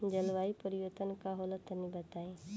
जलवायु परिवर्तन का होला तनी बताई?